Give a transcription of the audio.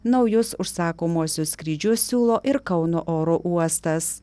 naujus užsakomuosius skrydžius siūlo ir kauno oro uostas